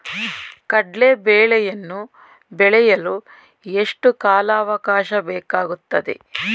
ಕಡ್ಲೆ ಬೇಳೆಯನ್ನು ಬೆಳೆಯಲು ಎಷ್ಟು ಕಾಲಾವಾಕಾಶ ಬೇಕಾಗುತ್ತದೆ?